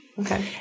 Okay